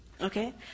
okay